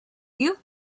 you